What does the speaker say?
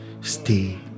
Stay